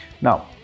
Now